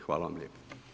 Hvala vam lijepo.